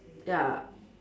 ya